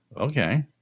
Okay